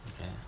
Okay